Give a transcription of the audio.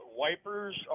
wipers